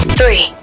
Three